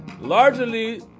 largely